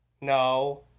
No